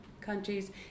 countries